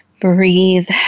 breathe